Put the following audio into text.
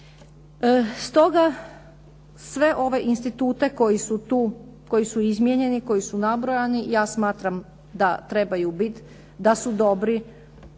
Stoga sve ove institute koji su tu, koji su izmijenjeni, koji su nabrojeni, ja smatram da trebaju biti, da su dobri,